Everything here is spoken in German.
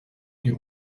die